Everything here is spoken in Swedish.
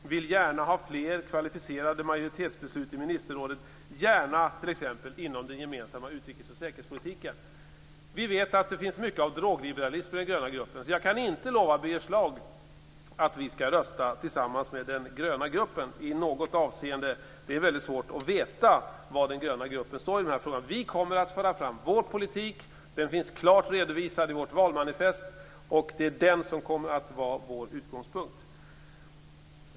Den vill gärna ha fler kvalificerade majoritetsbeslut i ministerrådet, t.ex. inom den gemensamma utrikes och säkerhetspolitiken. Vi vet också att det finns mycket drogliberalism i den gröna gruppen. Jag kan inte lova Birger Schlaug att vi skall rösta tillsammans med den gröna gruppen i något avseende. Det är väldigt svårt att veta var den gröna gruppen står i den här frågan. Vi kommer att föra fram vår politik. Den finns klart redovisad i vårt valmanifest. Det är den som kommer att vara vår utgångspunkt.